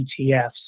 ETFs